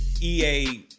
EA